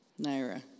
Naira